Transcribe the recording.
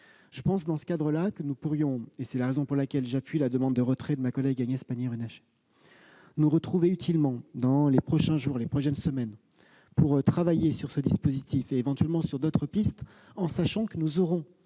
sanitaire. Dans ce cadre, nous pourrions, et c'est la raison pour laquelle j'appuie la demande de retrait de ma collègue Agnès Pannier-Runacher, nous retrouver utilement dans les prochains jours ou les prochaines semaines pour travailler sur ce dispositif et éventuellement sur d'autres pistes. Nous aurons